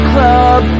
Club